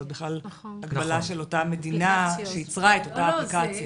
זה הגבלה של אותה מדינה שייצרה את אותה אפליקציה.